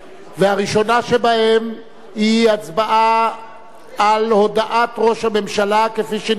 והראשונה שבהן היא הצבעה על הודעת ראש הממשלה כפי שנמסרה